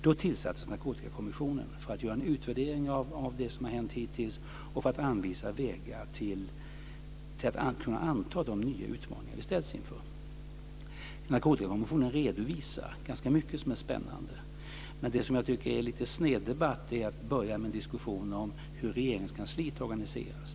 Då tillsattes Narkotikakommissionen för att göra en utvärdering av det som hänt hittills och för att anvisa vägar att anta de nya utmaningar vi ställs inför. Narkotikakommissionen redovisar ganska mycket som är spännande. Men jag tycker att det är en sneddebatt att börja med en diskussion om hur Regeringskansliet organiseras.